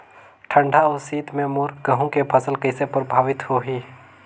ठंडा अउ शीत मे मोर गहूं के फसल कइसे प्रभावित होही?